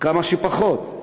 כמה שפחות,